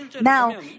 Now